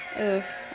oof